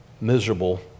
miserable